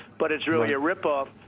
but it's really a ripoff.